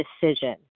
decision